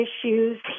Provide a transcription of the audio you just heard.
issues